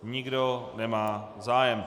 Nikdo nemá zájem.